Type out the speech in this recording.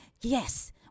yes